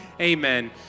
amen